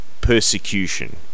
persecution